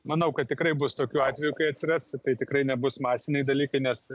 manau kad tikrai bus tokių atvejų kai atsiras tai tikrai nebus masiniai dalykai nes